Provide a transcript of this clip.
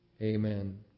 Amen